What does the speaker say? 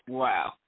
wow